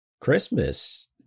Christmas